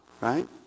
right